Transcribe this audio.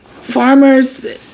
farmers